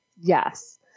Yes